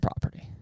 property